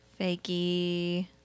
Fakey